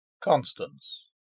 Constance